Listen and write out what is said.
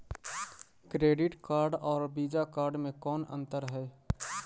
Credit card और Visa card मे कौन अन्तर है?